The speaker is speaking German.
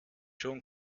schon